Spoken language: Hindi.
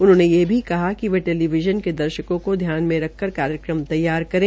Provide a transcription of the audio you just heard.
उन्होंने ये भी कहा कि वे टेलीविज़न के दर्शकों को ध्यान में रखकर कार्यक्रम तैयार करें